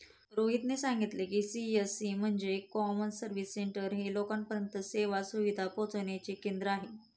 रोहितने सांगितले की, सी.एस.सी म्हणजे कॉमन सर्व्हिस सेंटर हे लोकांपर्यंत सेवा सुविधा पोहचविण्याचे केंद्र आहे